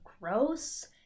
gross